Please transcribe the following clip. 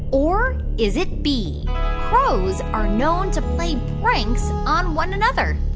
or is it b crows are known to play pranks on one another?